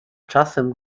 czasem